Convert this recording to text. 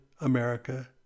America